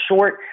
short